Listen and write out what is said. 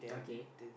okay